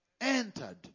entered